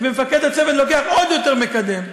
ומפקד הצוות לוקח עוד יותר מקדם.